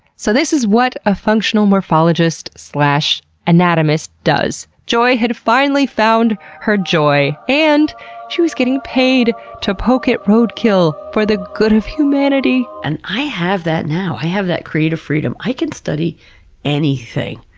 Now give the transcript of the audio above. so this is what a functional morphologist anatomist does. joy had finally found her joy, and she was getting paid to poke at roadkill for the good of humanity. and i have that now. i have that creative freedom. i can study anything.